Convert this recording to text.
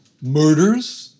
murders